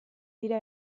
dira